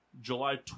July